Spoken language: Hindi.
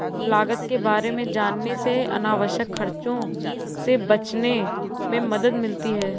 लागत के बारे में जानने से अनावश्यक खर्चों से बचने में मदद मिलती है